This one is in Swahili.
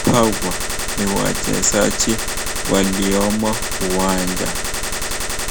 Hawa ni wachezaji waliomo uwanja,